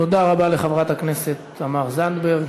תודה רבה לחברת הכנסת תמר זנדברג.